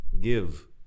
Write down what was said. Give